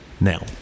Now